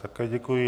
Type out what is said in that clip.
Také děkuji.